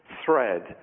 thread